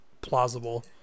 plausible